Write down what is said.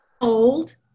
old